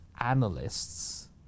analysts